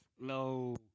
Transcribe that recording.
No